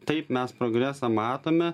taip mes progresą matome